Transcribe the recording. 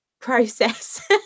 process